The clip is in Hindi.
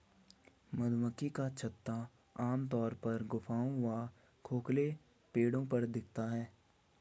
मधुमक्खी का छत्ता आमतौर पर गुफाओं व खोखले पेड़ों पर दिखता है